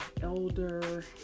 elder